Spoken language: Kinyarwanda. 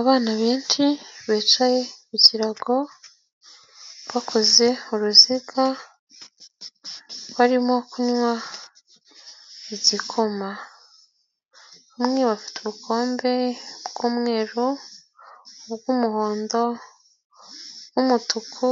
Abana benshi bicaye ku kirago bakoze uruziga, barimo kunywa igikoma, bamwe bafite ubukombe bw'umweru, ubw'umuhondo, bw'umutuku,